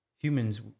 humans